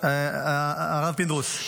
הרב פינדרוס,